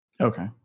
Okay